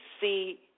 see